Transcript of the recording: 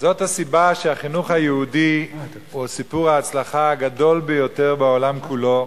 זו הסיבה שהחינוך היהודי הוא סיפור ההצלחה הגדול ביותר בעולם כולו,